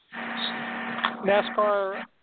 NASCAR